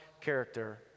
character